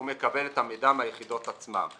הוא מקבל את המידע מהיחידות עצמן.